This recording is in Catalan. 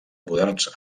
moderns